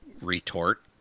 retort